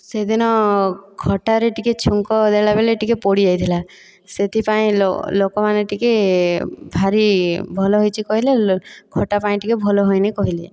ସେଦିନ ଖଟାରେ ଟିକେ ଛୁଙ୍କ ଦେଲା ବେଳେ ଟିକେ ପୋଡ଼ି ଯାଇଥିଲା ସେଥିପାଇଁ ଲୋକମାନେ ଟିକେ ଭାରି ଭଲ ହୋଇଛି କହିଲେ ଖଟା ପାଇଁ ଟିକେ ଭଲ ହୋଇନି କହିଲେ